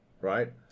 right